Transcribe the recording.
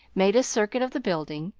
made a circuit of the building,